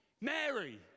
Mary